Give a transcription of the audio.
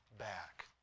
back